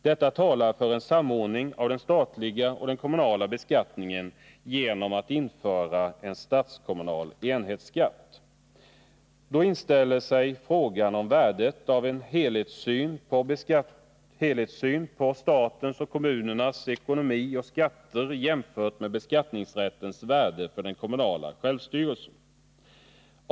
Detta talar för en samordning av den statliga och den kommunala beskattningen genom införande av en statskommunal enhetsskatt. Då inställer sig frågan om värdet av en helhetssyn på statens och kommunernas ekonomi och skatter jämfört med beskattningsrättens värde för den kommunala självstyrelsen.